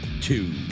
two